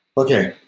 okay.